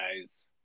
guys